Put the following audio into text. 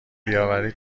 بیاوری